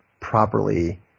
properly